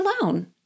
alone